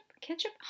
ketchup